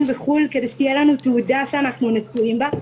בחו"ל כדי שתהיה לנו תעודה שאנחנו נשואים בה.